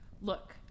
look